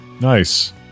Nice